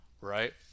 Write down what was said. right